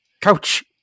coach